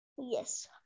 Yes